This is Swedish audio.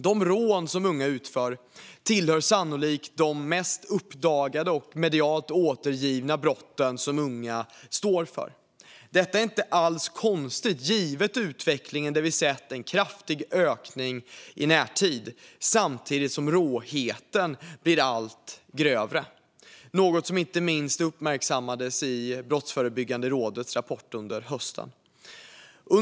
De rån som unga utför tillhör sannolikt de mest uppdagade och medialt återgivna brott som unga står för. Detta är inte alls konstigt, givet utvecklingen. Vi har sett en kraftig ökning i närtid samtidigt som råheten blivit allt grövre, något som inte minst uppmärksammades i Brottsförebyggande rådets rapport under hösten.